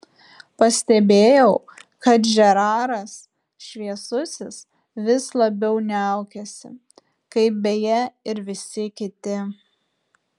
pastebėjau kad žeraras šviesusis vis labiau niaukiasi kaip beje ir visi kiti